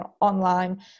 online